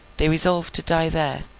they resolved to die there,